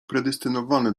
predestynowany